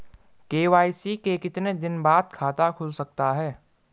KYC के कितने दिन बाद खाता खुल सकता है?